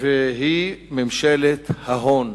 והיא ממשלת ההון.